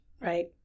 right